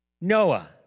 Noah